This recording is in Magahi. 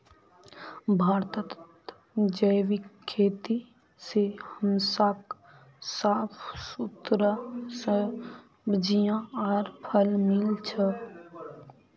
भारतत जैविक खेती से हमसाक साफ सुथरा सब्जियां आर फल मिल छ